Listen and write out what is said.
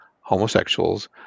homosexuals